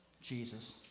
Jesus